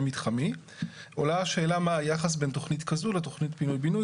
מתחמי עולה השאלה מה היחס בין תכנית כזו לתכנית פינוי בינוי,